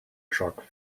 truck